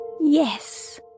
Yes